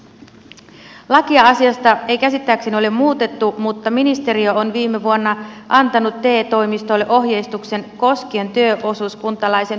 lakia asiasta ei käsittääkseni ole muutettu mutta ministeriö on viime vuonna antanut te toimistoille ohjeistuksen koskien työosuuskuntalaisen työttömyysturvaa